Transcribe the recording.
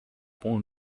com